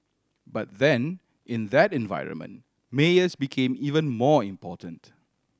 but then in that environment mayors became even more important